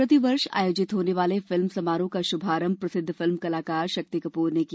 प्रतिवर्ष आयोजित होने वाले फिल्म समारोह का शुभारंभ प्रसिद्ध फिल्म कलाकार शक्ति कप्र ने किया